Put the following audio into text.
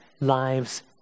lives